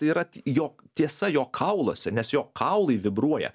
tai yra jo tiesa jo kauluose nes jo kaulai vibruoja